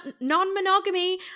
non-monogamy